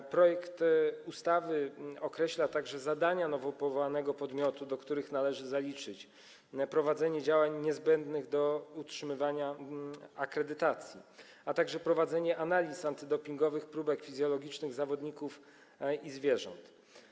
W projekcie ustawy określa się także zadania nowo powołanego podmiotu, do których należy zaliczyć prowadzenie działań niezbędnych do utrzymywania akredytacji, a także prowadzenie analiz antydopingowych próbek fizjologicznych zawodników i zwierząt.